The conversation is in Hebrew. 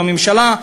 בממשלה,